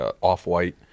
off-white